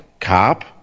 cop